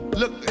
look